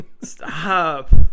Stop